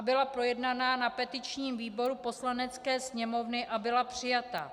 Byla projednaná na petičním výboru Poslanecké sněmovny a byla přijata.